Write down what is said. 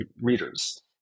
readers